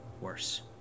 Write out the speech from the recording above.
worse